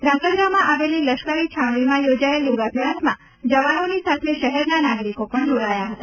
ધ્રાંગધ્રામાં આવેલી લશ્કરી છાવણીમાં યોજાયેલા યોગાભ્યાસમાં જવાનોની સાથે શહેરના નાગરિકો પણ જોડાયા હતા